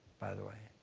by the way.